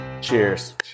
cheers